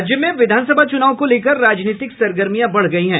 राज्य में विधानसभा चूनाव को लेकर राजनीतिक सरगर्मियां बढ़ गयी है